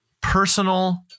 personal